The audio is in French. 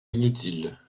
inutile